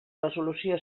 resolució